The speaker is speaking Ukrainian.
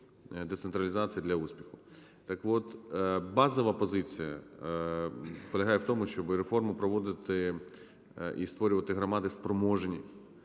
децентралізації для успіху. Так от, базова позиція полягає в тому, щоби реформу проводити і створювати громади спроможні.